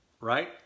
right